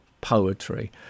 poetry